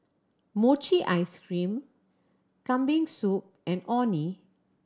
mochi ice cream Kambing Soup and Orh Nee